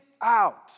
out